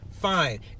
Fine